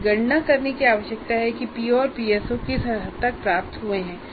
हमें गणना करने की आवश्यकता है कि पीओ और पीएसओ किस हद तक प्राप्त हुए हैं